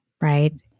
right